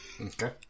Okay